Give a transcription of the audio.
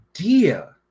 idea